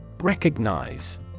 Recognize